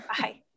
Bye